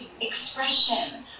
expression